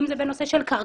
אם זה בנושא של קרקעות,